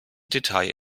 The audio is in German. detail